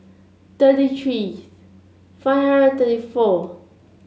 thirty three five hundred thirty four